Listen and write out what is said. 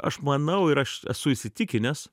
aš manau ir aš esu įsitikinęs